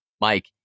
Mike